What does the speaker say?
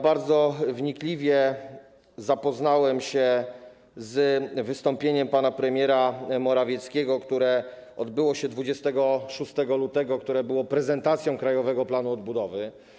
Bardzo wnikliwie zapoznałem się z wystąpieniem pana premiera Morawieckiego, które miało miejsce 26 lutego i które było prezentacją krajowego planu odbudowy.